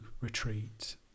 retreat